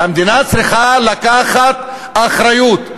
והמדינה צריכה לקחת אחריות,